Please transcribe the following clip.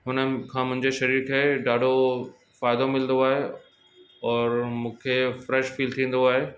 हुननि खां मुंहिजे शरीर खे ॾाढो फ़ाइदो मिलदो आहे और मूंखे फ्रेश फील थींदो आहे